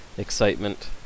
Excitement